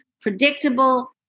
predictable